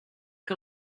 que